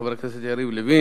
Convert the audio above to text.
חבר הכנסת יריב לוין,